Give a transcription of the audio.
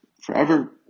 forever